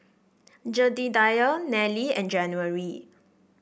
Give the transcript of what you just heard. Jedediah Nellie and January